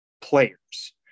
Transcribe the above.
players